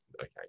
okay